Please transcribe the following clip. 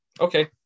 okay